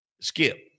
skip